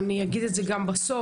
אני אגיד את זה גם בסוף.